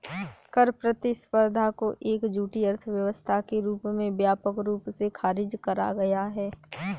कर प्रतिस्पर्धा को एक झूठी अर्थव्यवस्था के रूप में व्यापक रूप से खारिज करा गया है